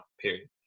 period